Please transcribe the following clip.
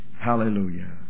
Hallelujah